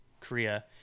Korea